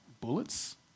bullets